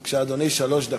בבקשה, אדוני, שלוש דקות.